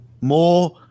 more